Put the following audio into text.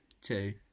two